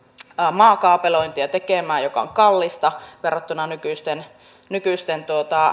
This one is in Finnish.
maakaapelointia tekemään joka on kallista verrattuna nykyisten nykyisten